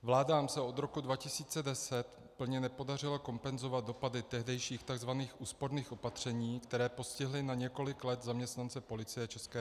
Vládám se od roku 2010 plně nepodařilo kompenzovat dopady tehdejších tzv. úsporných opatření, které postihly na několik let zaměstnance Policie ČR.